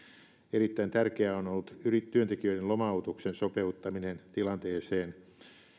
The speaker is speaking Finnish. erittäin tärkeää on on ollut työntekijöiden lomautuksen sopeuttaminen tilanteeseen